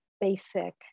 basic